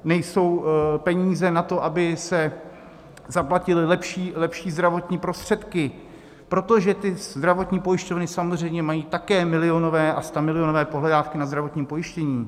Nejsou peníze na to, aby se zaplatily lepší zdravotní prostředky, protože zdravotní pojišťovny mají samozřejmě také milionové a stamilionové pohledávky na zdravotním pojištění.